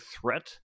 threat